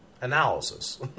analysis